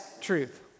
truth